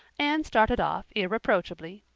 anne started off irreproachable,